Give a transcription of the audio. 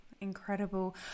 Incredible